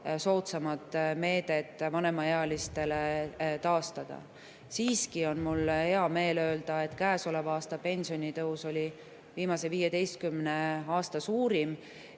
soodsam meede vanemaealistele [inimestele] taastada. Siiski on mul hea meel öelda, et käesoleva aasta pensionitõus oli viimase 15 aasta suurim,